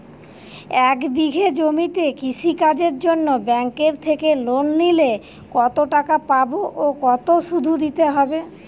এক বিঘে জমিতে কৃষি কাজের জন্য ব্যাঙ্কের থেকে লোন নিলে কত টাকা পাবো ও কত শুধু দিতে হবে?